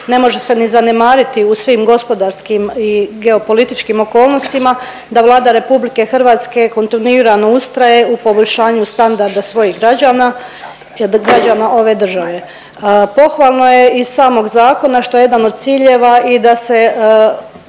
ne može se ni zanemariti u svim gospodarskim i geopolitičkim okolnostima da Vlada RH kontinuirano ustraje u poboljšanju standarda svojih građana, građana ove države. Pohvalno je iz samog zakona što je jedan od ciljeva i da se